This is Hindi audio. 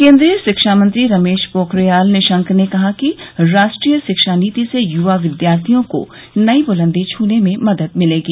केन्द्रीय शिक्षा मंत्री रमेश पोखरियाल निशंक ने कहा कि राष्ट्रीय शिक्षा नीति से युवा विद्यार्थियों को नई बुलंदी छूने में मदद मिलेगी